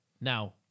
Now